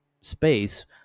space